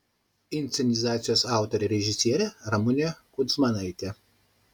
inscenizacijos autorė ir režisierė ramunė kudzmanaitė